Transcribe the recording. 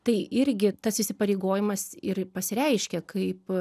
tai irgi tas įsipareigojimas ir pasireiškia kaip